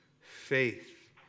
faith